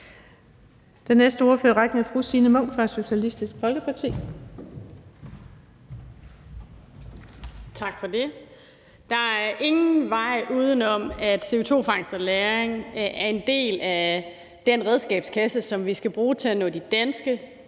Der er ingen vej udenom, at CO2-fangst og -lagring er en del af den redskabskasse, som vi skal bruge til at nå de danske